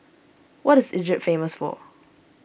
what is Egypt famous for